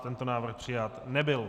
Tento návrh přijat nebyl.